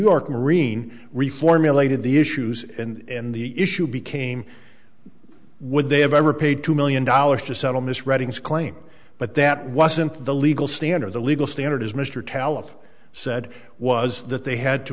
york marine reformulated the issues and the issue became would they have ever paid two million dollars to settle miss redding's claim but that wasn't the legal standard the legal standard as mr telep said was that they had to